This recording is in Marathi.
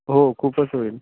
हो खूपच होईल